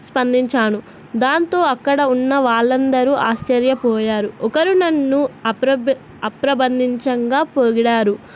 స్పందించాను దాంతో అక్కడ ఉన్న వాళ్ళందరూ ఆశ్చర్య పోయారు ఒకరు నన్ను అప్రబంధంచంగా పోగిడారు